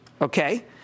okay